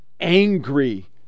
angry